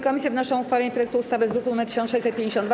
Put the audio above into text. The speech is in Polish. Komisje wnoszą o uchwalenie projektu ustawy z druku nr 1652.